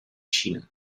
xina